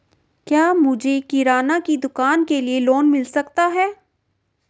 क्या मुझे किराना की दुकान के लिए लोंन मिल सकता है?